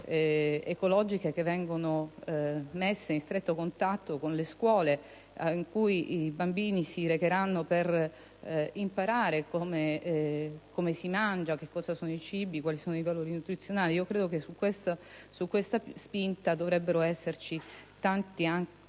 ecologiche, messe in stretto contatto con le scuole, in cui i bambini si recheranno per imparare come si mangia, cosa sono i cibi e quali sono i valori nutrizionali. Su questa spinta dovrebbero nascere tante altre